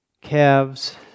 calves